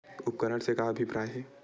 उपकरण से का अभिप्राय हे?